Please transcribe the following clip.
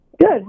Good